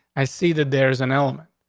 i see that there's an element,